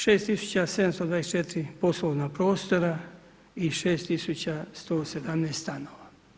6724 poslovna prostora, 6117 stanova.